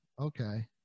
okay